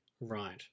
Right